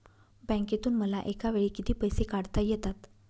बँकेतून मला एकावेळी किती पैसे काढता येतात?